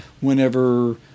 whenever